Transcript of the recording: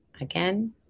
again